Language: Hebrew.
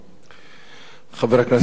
חבר הכנסת נסים זאב, בבקשה.